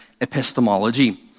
epistemology